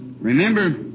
remember